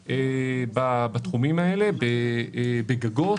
מימושים בתחומים האלה בגגות.